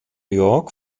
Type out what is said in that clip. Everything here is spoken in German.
york